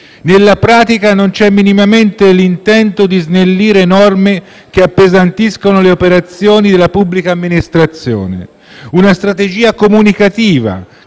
Nella pratica non c'è minimamente l'intento di snellire norme che appesantiscono le operazioni della pubblica amministrazione, una strategia comunicativa